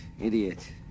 idiot